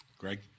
Greg